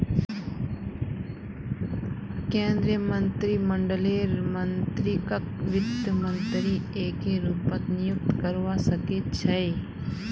केन्द्रीय मन्त्रीमंडललेर मन्त्रीकक वित्त मन्त्री एके रूपत नियुक्त करवा सके छै